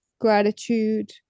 gratitude